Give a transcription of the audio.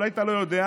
אולי אתה לא יודע,